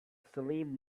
salim